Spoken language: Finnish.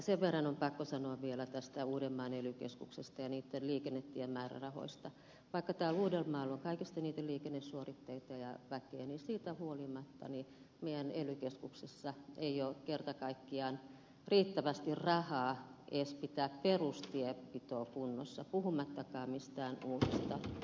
sen verran on pakko sanoa vielä tästä uudenmaan ely keskuksesta ja liikenne ja tiemäärärahoista että vaikka täällä uudellamaalla on kaikista eniten liikennesuoritteita ja väkeä niin siitä huolimatta meidän ely keskuksessa ei ole kerta kaikkiaan riittävästi rahaa edes pitää perustienpitoa kunnossa puhumattakaan mistään uusista tieinvestoinneista